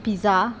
pizza